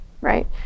right